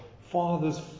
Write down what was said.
father's